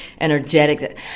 energetic